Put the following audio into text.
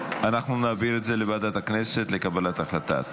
אנחנו נעביר את זה לוועדת הכנסת לקבלת החלטה.